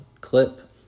clip